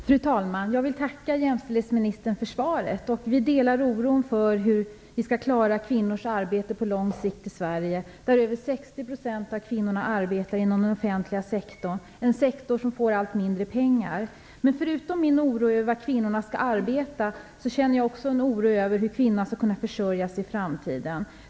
Fru talman! Jag vill tacka jämställdhetsministern för svaret. Vi delar oron för hur vi skall klara kvinnors arbete på lång sikt i Sverige, där över 60 % av kvinnorna arbetar inom den offentliga sektorn, en sektor som får allt mindre pengar. Förutom min oro över var kvinnorna skall arbeta känner jag också en oro över hur kvinnorna skall kunna försörja sig i framtiden.